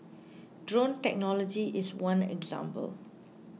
drone technology is one example